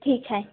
ठीक आहे